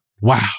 wow